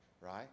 right